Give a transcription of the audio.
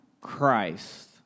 Christ